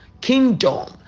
kingdom